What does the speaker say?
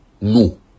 No